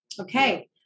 Okay